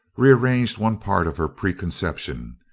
rearranged one part of her preconception,